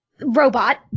robot